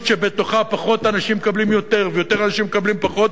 שבתוכה פחות אנשים מקבלים יותר ויותר אנשים מקבלים פחות,